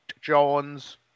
Jones